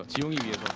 you you